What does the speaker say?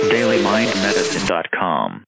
DailyMindMedicine.com